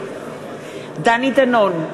בעד דני דנון,